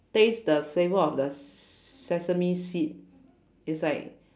taste the flavor of the s~ sesame seed is like